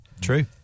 True